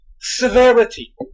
severity